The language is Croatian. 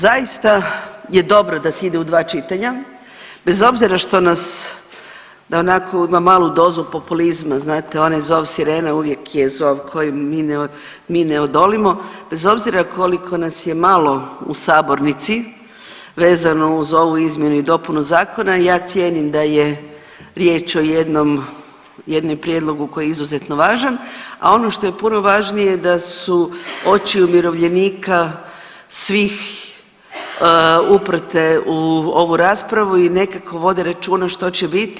Zaista je dobro da se ide u dva čitanja bez obzira što nas da onako ima malu dozu populizma, znate onaj zov sirene uvijek je zov koji mi ne odolimo bez obzira koliko nas je malo u sabornici vezano uz ovu izmjenu i dopunu zakona. ja cijenim da je riječ o jednom prijedlogu koji je izuzetno važan, a ono što je puno važnije da su oči umirovljenika svih uprte u ovu raspravu i nekako vode računa što će biti.